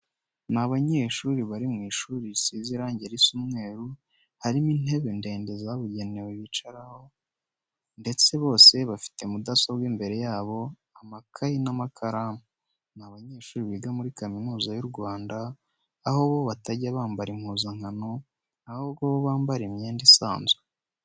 Ni abanyeshuri bari mu ishuri risize irange risa umweru, harimo intebe ndende zabugenewe bicaraho ndetse bose bafite mudasobwa imbere yabo, amakayi n'amakaramu. Ni abanyeshuri biga muri Kaminuza y'u Rwanda, aho bo batajya bambara impuzankano, ahubwo bo bambara imyenda isanzwe.